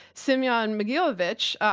semion mogilevich,